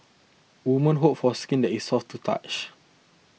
women hope for skin that is soft to touch